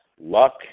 Luck